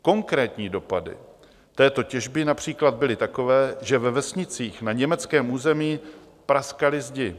Konkrétní dopady této těžby například byly takové, že ve vesnicích na německém území praskaly zdi.